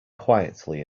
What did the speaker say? quietly